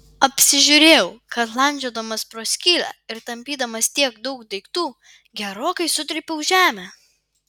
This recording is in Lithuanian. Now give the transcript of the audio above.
apsižiūrėjau kad landžiodamas pro skylę ir tampydamas tiek daug daiktų gerokai sutrypiau žemę